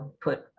put